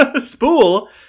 Spool